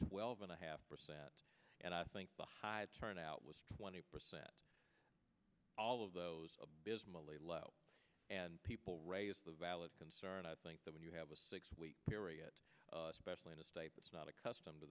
twelve and a half percent and i think the high turnout was twenty percent all of those abysmally low and people raised a valid concern and i think that when you have a six week period especially in a state that's not accustomed to